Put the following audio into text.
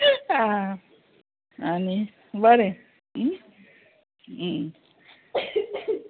आं आनी बरें